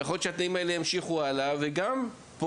אז יכול להיות שהתנאים האלה ימשיכו הלאה וגם ימשיכו